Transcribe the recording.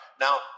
Now